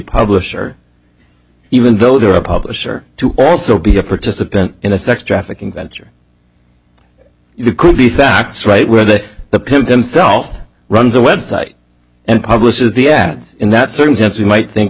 publisher even though they're a publisher to also be a participant in a sex trafficking venture you could be facts right where that the pimp himself runs a website and publishes the ads in that circumstance you might think